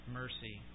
mercy